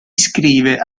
iscrive